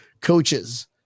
coaches